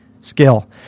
skill